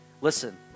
listen